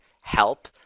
help